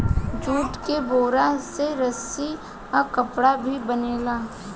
jute के बोरा से रस्सी आ कपड़ा भी बनेला